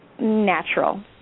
natural